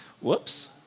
whoops